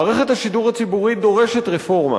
מערכת השידור הציבורי דורשת רפורמה,